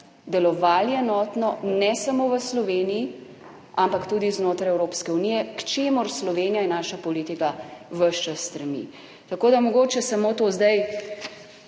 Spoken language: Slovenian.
delovali enotno ne samo v Sloveniji, ampak tudi znotraj Evropske unije, k čemur Slovenija in naša politika ves čas stremi. Tako da mogoče samo to. Zdaj